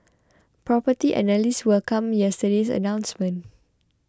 Property Analysts welcomed yesterday's announcement